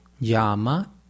llama